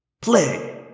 Play